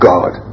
God